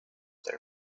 their